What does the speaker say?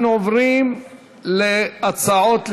אנחנו עוברים להצעות לסדר-היום,